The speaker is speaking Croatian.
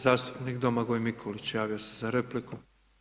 Zastupnik Domagoj Mikulić javio se za repliku.